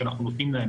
שאנחנו נותנים להם,